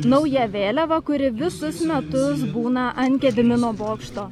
nauja vėliava kuri visus metus būna ant gedimino bokšto